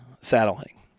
saddling